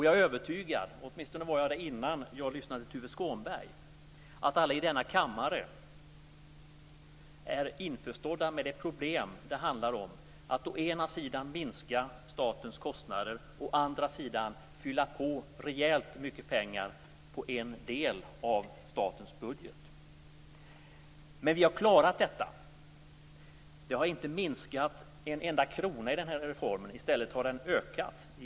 Jag är övertygad - åtminstone var jag det innan jag lyssnade till Tuve Skånberg - om att alla i denna kammare är införstådda med det problem som det handlar om: att å ena sidan minska statens kostnader och å andra sidan fylla på rejält med pengar till en del av statens budget. Vi har klarat detta. Det har inte blivit en minskning med en enda krona vad gäller den här reformen. I stället har det skett en ökning.